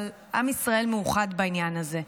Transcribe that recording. אבל עם ישראל מאוחד בעניין הזה.